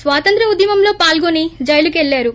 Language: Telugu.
స్వాతంత్ర్య ఉద్యమంలో పాల్గొని జైలు కెళ్ళారు